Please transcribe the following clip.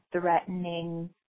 threatening